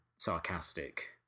sarcastic